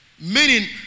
Meaning